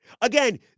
Again